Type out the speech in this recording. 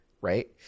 right